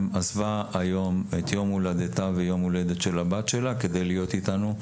שעזבה היום את יום הולדתה ויום הולדת הבת שלה כדי להיות איתנו.